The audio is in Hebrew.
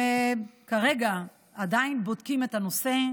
הם כרגע עדיין בודקים את הנושא.